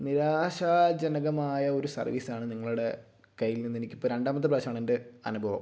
നിരാശാജനകമായ ഒരു സർവീസാണ് നിങ്ങളുടെ കൈയിൽ നിന്ന് എനിക്ക് ഇപ്പം രണ്ടാമത്തെ പ്രവശ്യമാണ് എൻ്റെ അനുഭവം